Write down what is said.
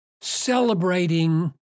celebrating